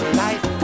life